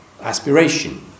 aspiration